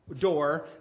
door